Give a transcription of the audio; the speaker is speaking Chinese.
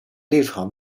立场